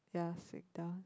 ya sit down